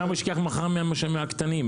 למה שהוא ייקח מחר מהקטנים ,